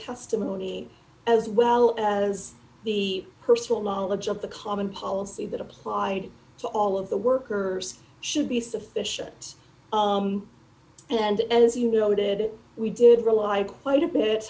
testimony as well as the personal knowledge of the common policy that applied to all of the workers should be sufficient and as you noted we did reliable quite a bit